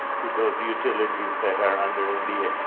to those utilities that are under and nda?